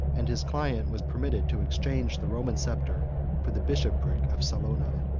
and his client was permitted to exchange the roman sceptre for the bishopric of salona.